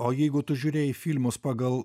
o jeigu tu žiūrėjai filmus pagal